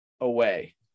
away